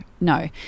no